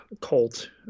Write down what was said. cult